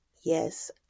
yes